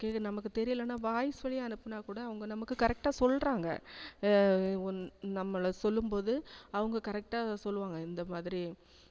கேட்டு நமக்கு தெரியலைன்னா வாய்ஸ் வழியாக அனுப்புனாக்கூட அவங்க நமக்கு கரெக்டாக சொல்கிறாங்க நம்மளை சொல்லும் போது அவங்க கரெக்டாக சொல்லுவாங்க இந்த மாதிரி